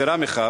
יתירה מכך,